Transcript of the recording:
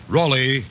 Raleigh